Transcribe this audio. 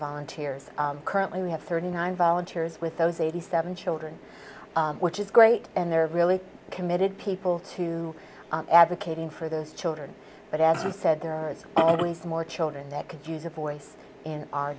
volunteers currently we have thirty nine volunteers with those eighty seven children which is great and they are really committed people to advocate for those children but as i said there are more children that could use a voice in our